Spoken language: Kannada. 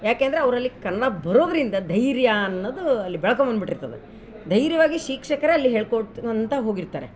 ಯಾಕೆ ಅಂದರೆ ಅವರಲ್ಲಿ ಕನ್ನಡ ಬರೋದರಿಂದ ಧೈರ್ಯ ಅನ್ನೋದು ಅಲ್ಲಿ ಬೆಳ್ಕೊಬಂದು ಬಿಟ್ಟಿರ್ತದೆ ಧೈರ್ಯವಾಗಿ ಶಿಕ್ಷಕರಲ್ಲಿ ಹೇಳ್ಕೋಡ್ತಾನಂತ ಹೋಗಿರ್ತಾರೆ